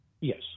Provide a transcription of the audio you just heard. Yes